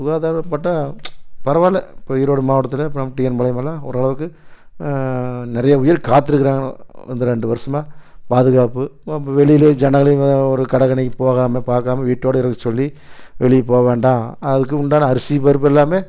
சுகாதாரம் மட்டும் பரவாயில்ல இப்போ ஈரோடு மாவட்டத்தில் இப்போ நம்ம டிஎன் பாளையமெல்லாம் ஓரளவுக்கு நிறையா உயிர் காத்துருக்குறாங்க இந்த ரெண்டு வருடமா பாதுகாப்பு நம்ம வெளியிலே ஜனங்களையும் ஒரு கடை கன்னிக்கு போகாமல் பார்க்காம வீட்டோடு இருக்க சொல்லி வெளியே போக வேண்டாம் அதுக்கு உண்டான அரிசி பருப்பு எல்லாம்